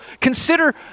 consider